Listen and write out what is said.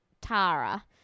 Tara